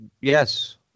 Yes